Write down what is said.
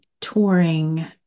touring